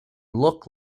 look